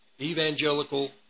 Evangelical